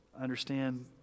Understand